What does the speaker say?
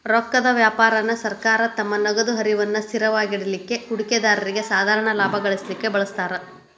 ರೊಕ್ಕದ್ ವ್ಯಾಪಾರಾನ ಸರ್ಕಾರ ತಮ್ಮ ನಗದ ಹರಿವನ್ನ ಸ್ಥಿರವಾಗಿಡಲಿಕ್ಕೆ, ಹೂಡಿಕೆದಾರ್ರಿಗೆ ಸಾಧಾರಣ ಲಾಭಾ ಗಳಿಸಲಿಕ್ಕೆ ಬಳಸ್ತಾರ್